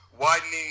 widening